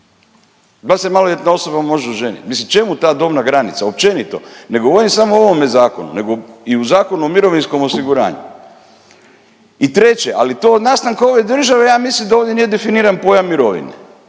li se maloljetna osoba može oženiti? Mislim čemu ta dobna granica općenito? Ne govorim samo o ovome zakonu, nego i u Zakonu o mirovinskom osiguranju. I treće, ali to od nastanka ove države ja mislim da ovdje nije definiran pojam mirovine